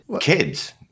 kids